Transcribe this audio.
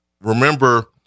remember